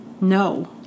No